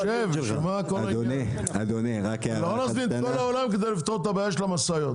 לא נזמין את כל העולם כדי לפתור את הבעיה של המשאיות.